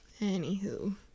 Anywho